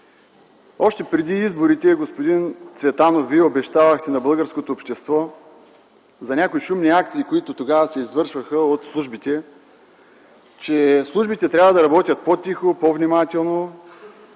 Още преди изборите Вие, господин Цветанов, обещавахте на българското общество да няма шумни акции, които тогава се извършваха от службите – че службите трябва да работят по-тихо, по-внимателно,